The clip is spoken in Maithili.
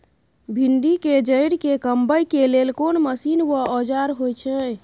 भिंडी के जईर के कमबै के लेल कोन मसीन व औजार होय छै?